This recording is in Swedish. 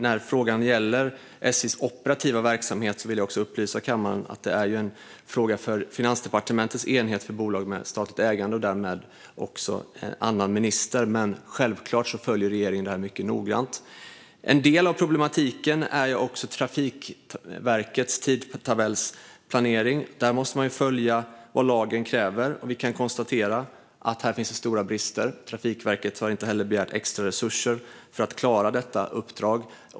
SJ:s operativa verksamhet är en fråga för Finansdepartementets enhet för bolag med statligt ägande och därmed en annan minister, men givetvis följer regeringen detta noggrant. En del av problematiken är Trafikverkets tidtabellsplanering, och här måste man följa vad lagen kräver. Vi kan konstatera att här finns stora brister, och Trafikverket har inte heller begärt extra resurser för att klara detta uppdrag.